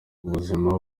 ubuzima